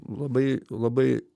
labai labai